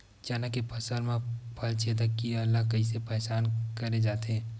चना के फसल म फल छेदक कीरा ल कइसे पहचान करे जाथे?